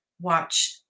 watch